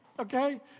Okay